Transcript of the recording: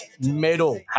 medal